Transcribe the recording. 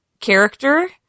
character